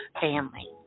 family